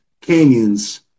canyons